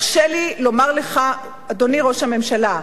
הרשה לי לומר לך, אדוני ראש הממשלה,